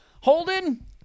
Holden